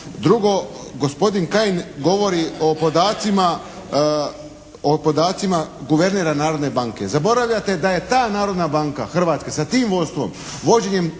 Drugo, gospodin Kajin govori o podacima guvernera Narodne banke. Zaboravljate da je ta Narodna banka Hrvatske sa tim vodstvom,